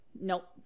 nope